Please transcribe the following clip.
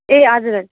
ए हजुर